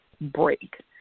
break